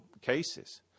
cases